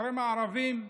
אחרי מארבים,